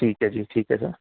ਠੀਕ ਹੈ ਜੀ ਠੀਕ ਹੈ ਸਰ